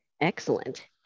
Excellent